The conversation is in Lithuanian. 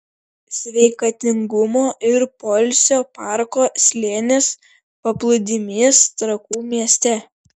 sveikatingumo ir poilsio parko slėnis paplūdimys trakų mieste